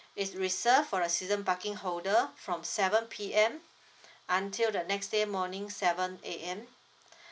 it's reserved for the season parking holder from seven P_M until the next day morning seven A_M